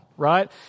right